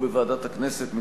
בוועדת הכנסת,